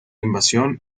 invasión